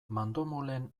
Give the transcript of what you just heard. mandomulen